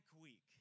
week